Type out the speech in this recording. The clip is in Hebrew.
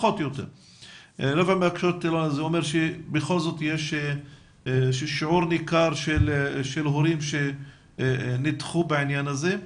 זה אומר ששיעור ניכר של הורים נדחו בעניין הזה.